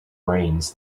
brains